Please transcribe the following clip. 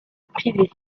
privée